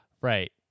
Right